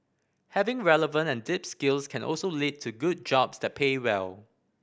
having relevant and deep skills can also lead to good jobs that pay well